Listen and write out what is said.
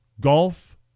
Golf